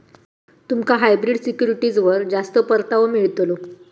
तुमका हायब्रिड सिक्युरिटीजवर जास्त परतावो मिळतलो